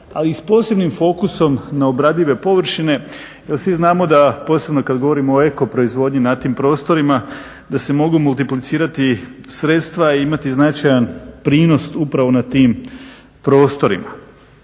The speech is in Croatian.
ali s posebnim fokusom na obradive površine jer svi znamo da, posebno kad govorimo o eko proizvodnji na tim prostorima, da se mogu multiplicirati sredstva i imati značajan prinos upravo na tim prostorima.